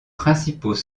principaux